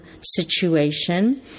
situation